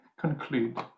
conclude